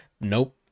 Nope